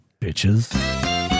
Bitches